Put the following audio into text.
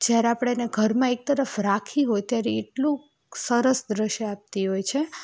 જ્યારે આપણે એને ઘરમાં એક તરફ રાખી હોય ત્યારે એટલું સરસ દૃશ્ય આપતી હોય છે